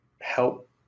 help